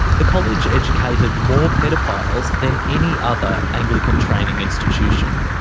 the college educated more paedophiles than any other anglican training institution.